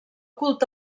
culte